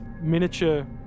miniature